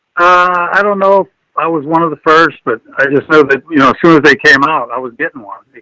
ah i don't know i was one of the first, but i just know that, you know, as soon as they came out, i was getting one